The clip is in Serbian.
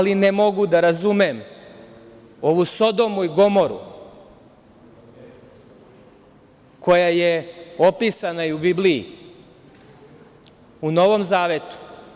Ne mogu da razumem ovu Sodomu i Gomoru koja je opisana i u Bibliji, u Novom zavetu.